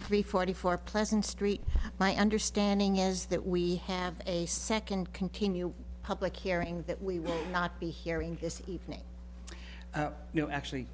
three forty four pleasant street my understanding is that we have a second continue public hearing that we will not be hearing this evening you know actually